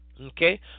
Okay